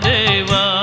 Deva